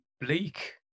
bleak